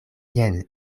jen